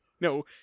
No